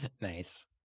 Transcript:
nice